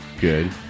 Good